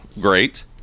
Great